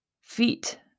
feet